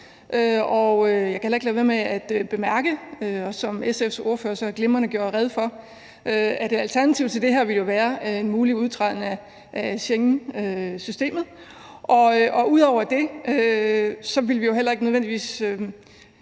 jeg kan heller ikke lade være med at bemærke – som SF's ordfører også så glimrende gjorde rede for – at et alternativ til det her jo ville være en mulig udtræden af Schengensystemet. Ud over det ville vi heller ikke nødvendigvis